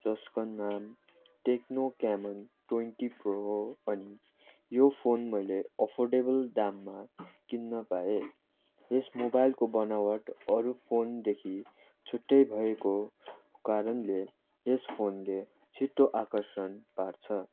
जस्को नाम Tecno Camon twenty Pro हो अनि यो फोन मैले अफोर्डेबल दाममा किन्न पाएँ यस मोबाइलको बनावट अरू फोनदेखि छुट्टै भएको कारणले यस फोनले छिट्टो आकर्षण पार्छ